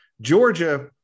Georgia